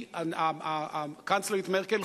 הקנצלרית מרקל